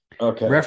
Okay